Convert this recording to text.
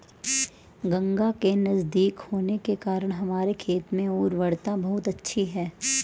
गंगा के नजदीक होने के कारण हमारे खेत में उर्वरता बहुत अच्छी है